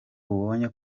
ubonye